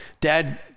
dad